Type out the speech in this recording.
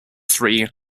three